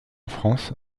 france